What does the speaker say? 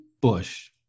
Bush